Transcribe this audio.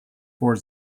ford